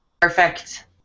Perfect